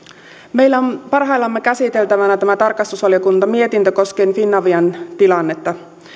meillä on parhaillaan käsiteltävänä tämä tarkastusvaliokunnan mietintö koskien finavian tilannetta